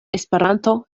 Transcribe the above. esperanto